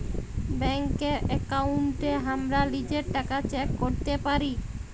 ব্যাংকের একাউন্টে হামরা লিজের টাকা চেক ক্যরতে পারি